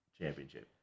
championship